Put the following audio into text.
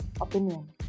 opinion